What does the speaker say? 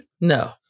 No